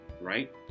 right